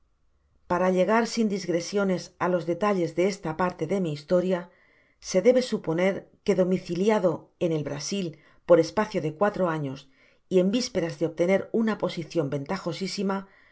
para llegar sin digresiones á los detalles de esta parte de mi historia se debe suponer que domiciliado en el brasil por espacio de cuatro años y en vísperas de obtener una posicion